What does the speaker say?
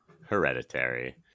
Hereditary